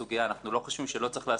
אנחנו לא חושבים שלא צריך להסדיר אותה,